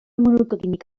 monoclínic